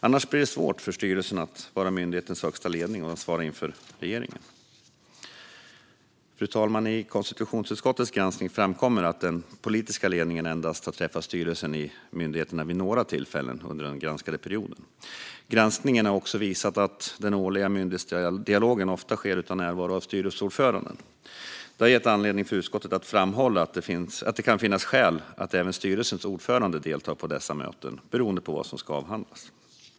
Annars blir det svårt för styrelsen att vara myndighetens högsta ledning och ansvara inför regeringen. Fru talman! I konstitutionsutskottets granskning framkommer att den politiska ledningen endast har träffat styrelsen i myndigheterna vid några tillfällen under den granskade perioden. Granskningen har också visat att den årliga myndighetsdialogen ofta sker utan närvaro av styrelseordföranden. Det har gett anledning för utskottet att framhålla att det kan finnas skäl att även styrelsens ordförande deltar på dessa möten, beroende på vad som ska avhandlas.